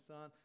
Son